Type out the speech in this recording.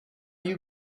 you